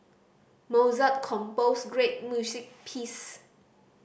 Mozart composed great music piece